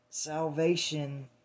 Salvation